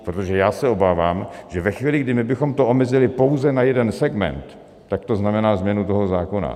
Protože já se obávám, že ve chvíli, kdy my bychom to omezili pouze na jeden segment, tak to znamená změnu toho zákona.